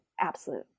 absolute